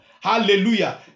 Hallelujah